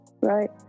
Right